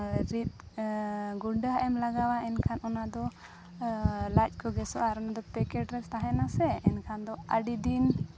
ᱨᱤᱫ ᱜᱩᱸᱰᱟᱹᱣᱟᱜᱼᱮᱢ ᱞᱟᱜᱟᱣᱟ ᱮᱱᱠᱷᱟᱱ ᱚᱱᱟ ᱫᱚ ᱞᱟᱡ ᱠᱚ ᱜᱮᱥᱚᱜᱼᱟ ᱟᱨ ᱚᱱᱟ ᱫᱚ ᱯᱮᱠᱮᱴ ᱨᱮ ᱛᱟᱦᱮᱱᱟ ᱥᱮ ᱮᱱᱠᱷᱟᱱ ᱫᱚ ᱟᱹᱰᱤ ᱫᱤᱱ